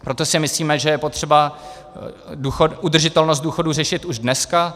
Proto si myslíme, že je potřeba udržitelnost důchodů řešit už dneska.